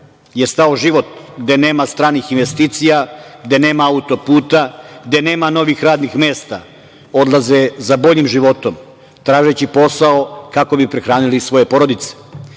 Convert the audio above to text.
je stao život, gde nema stranih investicija, gde nema autoputa, gde nema novih radnih mesta odlaze za boljim životom, tražeći posao kako bi prehranili svoje porodice.